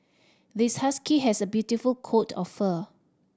this husky has a beautiful coat of fur